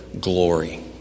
glory